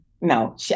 no